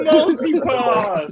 Multi-pass